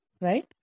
Right